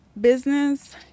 business